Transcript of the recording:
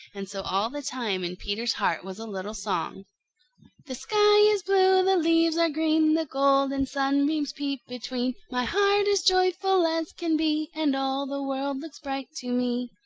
and so all the time in peter's heart was a little song the sky is blue the leaves are green the golden sunbeams peep between my heart is joyful as can be, and all the world looks bright to me.